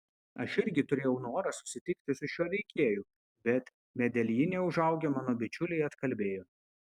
aš irgi turėjau norą susitikti su šiuo veikėju bet medeljine užaugę mano bičiuliai atkalbėjo